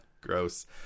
Gross